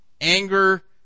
Anger